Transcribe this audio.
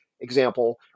example